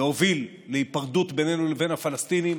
להוביל להיפרדות בינינו לבין הפלסטינים,